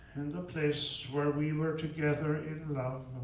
and the place where we were together in love,